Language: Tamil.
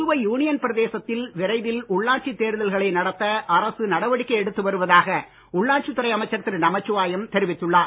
புதுவை யூனியன் பிரதேசத்தில் விரைவில் உள்ளாட்சித் தேர்தல்களை நடத்த அரசு நடவடிக்கை எடுத்து வருவதாக உள்ளாட்சித் துறை அமைச்சர் திரு நமச்சிவாயம் தெரிவித்துள்ளார்